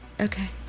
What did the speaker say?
Okay